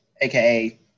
aka